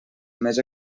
més